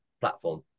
platform